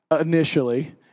initially